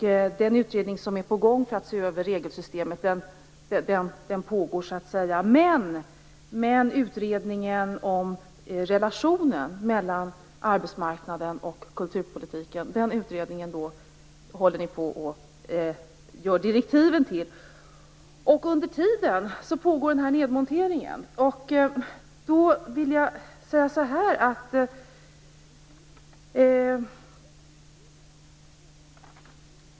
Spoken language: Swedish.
Utredningen som skall se över regelsystemet pågår, men utredningen om relationen mellan arbetsmarknaden och kulturpolitiken håller regeringen nu på att utarbeta direktiv till. Under tiden pågår denna nedmontering.